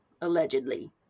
allegedly